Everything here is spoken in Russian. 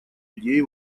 идеи